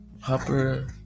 Hopper